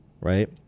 right